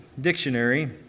dictionary